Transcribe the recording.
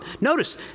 Notice